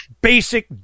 basic